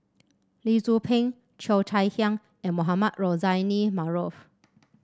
Lee Tzu Pheng Cheo Chai Hiang and Mohamed Rozani Maarof